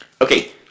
Okay